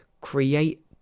create